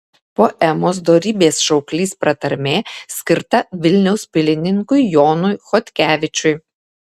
poemos dorybės šauklys pratarmė skirta vilniaus pilininkui jonui chodkevičiui